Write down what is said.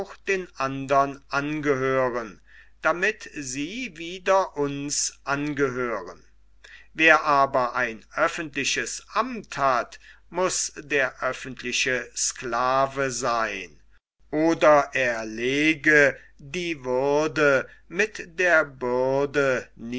den andern angehören damit sie wieder uns angehören wer aber ein öffentliches amt hat muß der öffentliche sklave seyn oder lege die würde mit der bürde